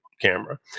camera